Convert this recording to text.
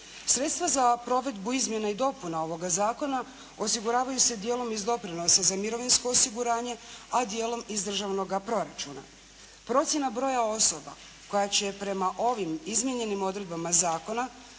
Sredstva za provedbu izmjena i dopuna ovoga zakona osiguravaju se djelom iz doprinosa za mirovinsko osiguranje a djelom iz državnoga proračuna. Procjena broja osoba koja će prema ovim izmijenjenim odredbama zakona